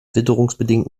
witterungsbedingt